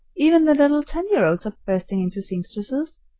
even the little ten-year-olds are bursting into seamstresses.